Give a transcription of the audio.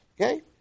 Okay